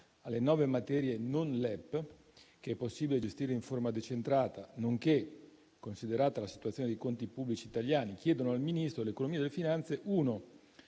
alle nuove materie non LEP, che è possibile gestire in forma decentrata, nonché considerata la situazione dei conti pubblici italiani, chiedono al Ministro dell'economia delle finanze: